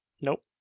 Nope